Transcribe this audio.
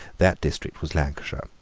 that district was lancashire.